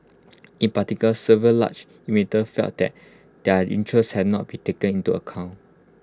in particular several large emitters felt that their interests had not been taken into account